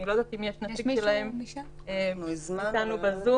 אני לא יודעת אם יש נציג שלהם איתנו בזום